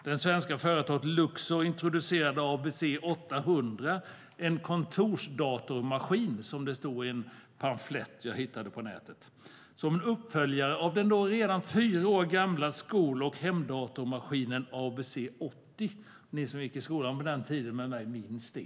Det svenska företaget Luxor introducerade ABC 800, en kontorsdatormaskin som det står i en pamflett jag hittade på nätet, som en uppföljare till den då redan fyra år gamla skol och hemdatormaskinen ABC 80. Ni som gick i skolan samtidigt som jag minns det.